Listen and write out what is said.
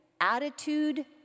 attitude